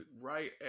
right